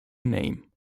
name